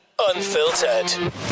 Unfiltered